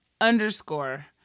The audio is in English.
Underscore